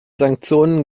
sanktionen